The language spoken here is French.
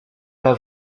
pas